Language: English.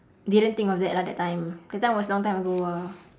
didn't think of that lah that time that time was long time ago !wah!